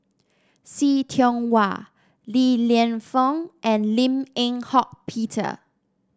See Tiong Wah Li Lienfung and Lim Eng Hock Peter